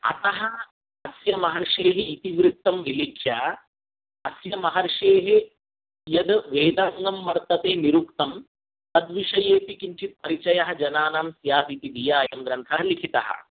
अतः तस्य महर्षेः इतिवृत्तं विलिख्य अस्य महर्षेः यद् वेदाङ्गं वर्तते निरुक्तं तद्विषयेऽपि किञ्चित् परिचयः जनानां स्यात् इति धिया अयं ग्रन्थः लिखितः